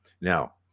Now